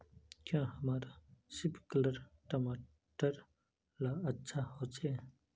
क्याँ हमार सिपकलर टमाटर ला अच्छा होछै?